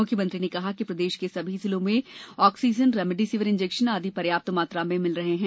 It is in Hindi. मुख्यमंत्री ने कहा कि प्रदेश के सभी जिलों में ऑक्सीजन रेमडेसिविर इंजेक्शन आदि पर्याप्त मिल रहे हैं